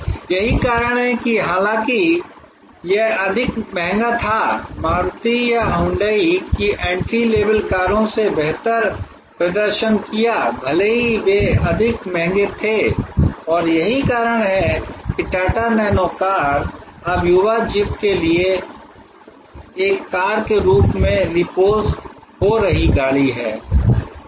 और यही कारण है कि हालांकि यह अधिक महंगा था मारुति या हुंडई की एंट्री लेवल कारों ने बेहतर प्रदर्शन किया भले ही वे अधिक महंगे थे और यही कारण है कि टाटा नैनो कार अब युवा ज़िप के लिए एक कार के रूप में रिपोज हो रही गाड़ी है